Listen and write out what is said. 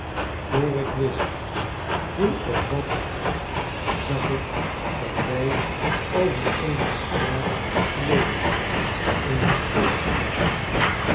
yoor ik wist hoe of wat zag ik dat wij over eene straat gleden eene